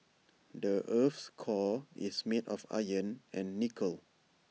the Earth's core is made of iron and nickel